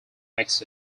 makes